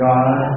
God